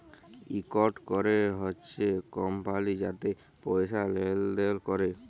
ইকট ক্যরে হছে কমপালি যাতে পয়সা লেলদেল ক্যরে